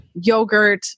Yogurt